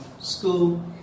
school